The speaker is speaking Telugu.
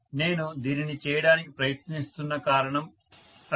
నేను దీనిని చేయడానికి ప్రయత్నిస్తున్న కారణం అదే